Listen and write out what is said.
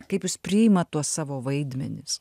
kaip jūs priimat tuos savo vaidmenis